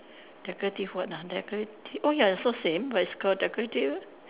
decorative what ah decorative oh ya also same but it's call decorative